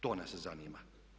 To nas zanima.